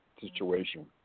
situation